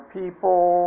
people